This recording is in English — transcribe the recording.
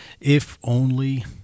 if-only